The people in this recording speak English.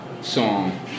song